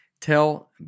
tell